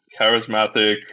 charismatic